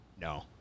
no